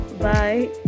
Bye